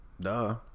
duh